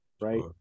right